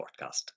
podcast